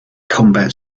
combat